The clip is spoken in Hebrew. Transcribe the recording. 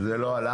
לא העליתי אותו,